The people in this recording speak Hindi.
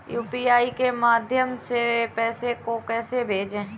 यू.पी.आई के माध्यम से पैसे को कैसे भेजें?